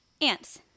Ants